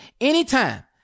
anytime